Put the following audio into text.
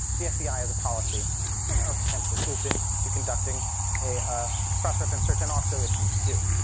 the fbi has a policy, they are potentially open to conducting a a cross-reference search. and also if you sue.